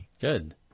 good